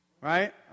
Right